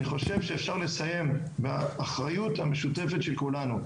אני חושב שאפשר לסיים באחריות המשותפת של כולנו,